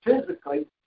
physically